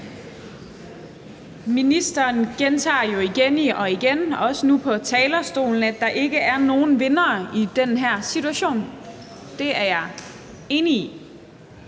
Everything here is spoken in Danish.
Ministeren gentager jo igen og igen, også nu på talerstolen, at der ikke er nogen vindere i den her situation. Det er jeg enig i.